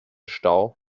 stau